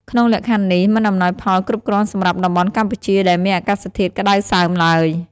ក្នុងលក្ខខណ្ឌនេះ មិនអំណោយផលគ្រប់គ្រាន់សម្រាប់តំបន់កម្ពុជាដែលមានអាកាសធាតុក្តៅសើមឡើយ។